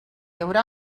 haurà